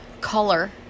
color